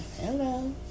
Hello